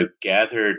gathered